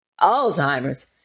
Alzheimer's